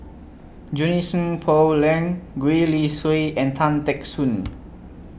Junie Sng Poh Leng Gwee Li Sui and Tan Teck Soon